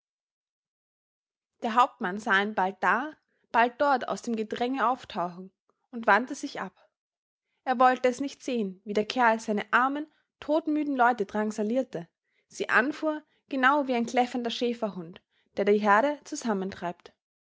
der hauptmann sah ihn bald da bald dort aus dem gedränge auftauchen und wandte sich ab er wollte es nicht sehen wie der kerl seine armen totmüden leute drangsalierte sie anfuhr genau wie ein kläffender schäferhund der die herde zusammentreibt